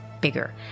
bigger